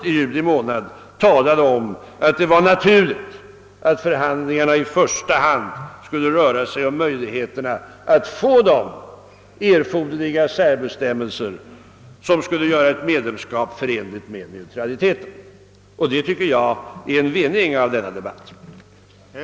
Då talade nämligen denne om att det var naturligt att förhandlingarna i första hand skulle gälla möjligheterna att få till stånd de erforderliga särbestämmelser som skulle göra ett medlemskap förenligt med vår neutralitetspolitik. Det förhållandet att herr Lange närmar sig denna ståndpunkt betyder enligt min uppfattning att debatten haft någon mening.